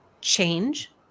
change